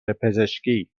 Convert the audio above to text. پزشکی